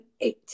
eight